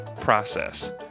process